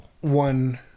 one